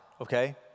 okay